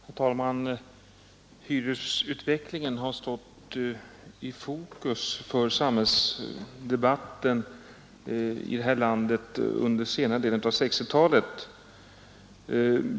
Herr talman! Hyresutvecklingen har stått i fokus för samhällsdebatten här i landet sedan 1960-talets senare del.